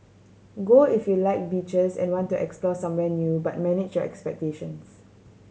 go if you like beaches and want to explore some when new but manage your expectations